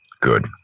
good